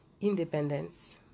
independence